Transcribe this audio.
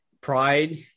Pride